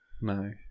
No